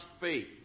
faith